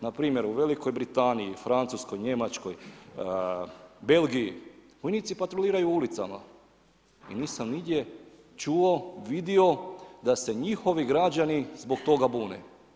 Npr. u Velikoj Britaniji, Francuskoj, Njemačkoj, Belgiji vojnici patroliraju ulicama i nisam nigdje čuo, vidio da se njihovi građani zbog toga bune.